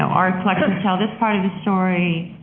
so art collectors tell this part of the story,